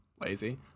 lazy